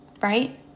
Right